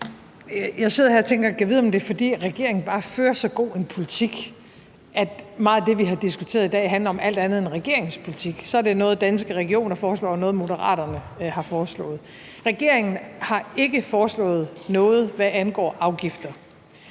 Jeg sidder her og tænker: Gad vide, om det er, fordi regeringen bare fører så god en politik, at meget af det, som vi har diskuteret i dag, handler om alt andet end regeringens politik, altså at det så er noget, som Danske Regioner foreslår, og noget, som Moderaterne har foreslået. Regeringen har ikke foreslået noget, hvad angår afgifter.